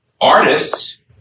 artists